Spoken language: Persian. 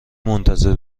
منتظر